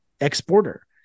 exporter